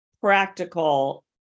practical